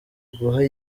guha